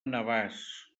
navàs